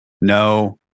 no